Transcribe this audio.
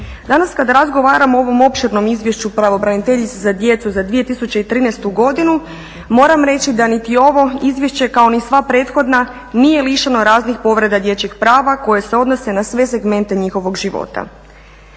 Danas kad razgovaramo o ovom opširnom Izvješću pravobraniteljice za djecu za 2013. godinu moram reći da niti ovo izvješće kao ni sva prethodna nije lišeno raznih povreda dječjih prava koje se odnose na sve segmente njihovog života.